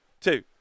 two